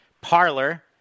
Parlor